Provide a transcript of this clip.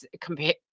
compare